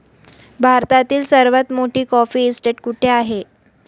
भारतातील सर्वात मोठी कॉफी इस्टेट कुठे आहे?